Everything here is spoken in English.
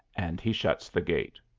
and he shuts the gate.